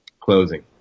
closing